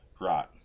Right